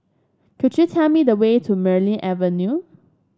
could you tell me the way to Merryn Avenue